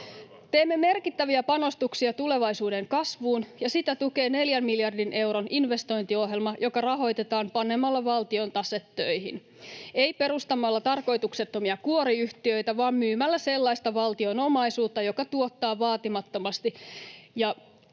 Teemme merkittäviä panostuksia tulevaisuuden kasvuun, ja sitä tukee neljän miljardin euron investointiohjelma, joka rahoitetaan panemalla valtion tase töihin — ei perustamalla tarkoituksettomia kuoriyhtiöitä, vaan myymällä sellaista valtion omaisuutta, joka tuottaa vaatimattomasti.